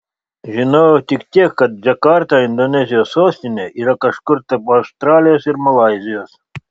žinojau tik tiek kad džakarta indonezijos sostinė yra kažkur tarp australijos ir malaizijos